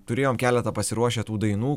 turėjom keletą pasiruošę tų dainų